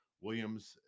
Williams